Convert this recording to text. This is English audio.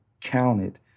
counted